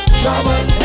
trouble